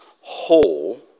whole